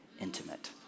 intimate